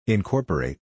Incorporate